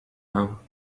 now